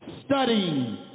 studying